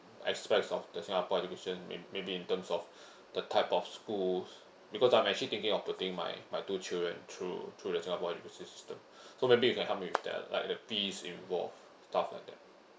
aspects of the singapore education may maybe in terms of the type of schools because I'm actually thinking of putting my my two children through through the singapore education system so may be you can help me with that like the fees involve stuff like that